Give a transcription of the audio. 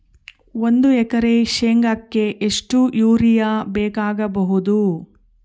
ಒಂದು ಎಕರೆ ಶೆಂಗಕ್ಕೆ ಎಷ್ಟು ಯೂರಿಯಾ ಬೇಕಾಗಬಹುದು?